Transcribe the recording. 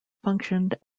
functioned